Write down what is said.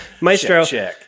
Maestro